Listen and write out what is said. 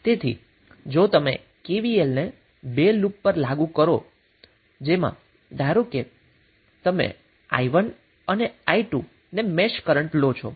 તેથી જો તમે KVL ને 2 લુપ પર લાગુ કરો જેમા ધારો કે તમે i1 અને i2 મેશ કરન્ટ લો છો